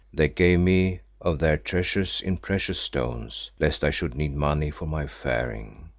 they gave me of their treasures in precious stones, lest i should need money for my faring,